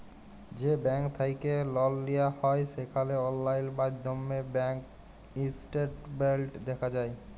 যে ব্যাংক থ্যাইকে লল লিয়া হ্যয় সেখালে অললাইল মাইধ্যমে ব্যাংক ইস্টেটমেল্ট দ্যাখা যায়